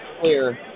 clear